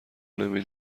نمی